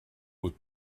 aux